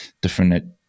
different